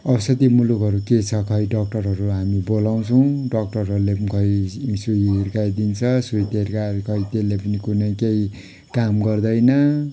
औषधी मुलोहरू के छ खै डक्टरहरू हामी बोलाउछौँ डक्टरहरूले पनि खै इ सुई हिर्काइदिन्छ सुई हिर्काइर खै त्यसले पनि कुनै केही काम गर्दैन